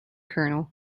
colonel